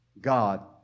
God